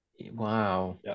wow